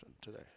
today